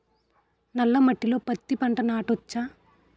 నల్ల మట్టిలో పత్తి పంట నాటచ్చా?